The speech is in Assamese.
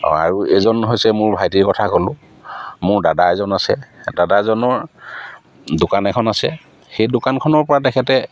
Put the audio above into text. অঁ আৰু এজন হৈছে মোৰ ভাইটিৰ কথা ক'লোঁ মোৰ দাদা এজন আছে দাদা এজনৰ দোকান এখন আছে সেই দোকানখনৰপৰা তেখেতে